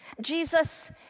Jesus